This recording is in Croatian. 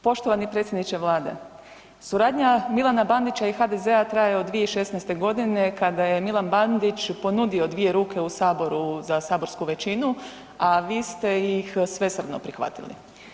Poštovani predsjedniče Vlade, suradnja Milana Bandića i HDZ-a traje od 2016. godine kada je Milan Bandić ponudio 2 ruke u saboru za saborsku većinu, a vi ste ih svesrdno prihvatili.